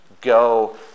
Go